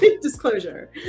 disclosure